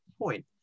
point